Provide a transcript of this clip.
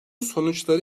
sonuçları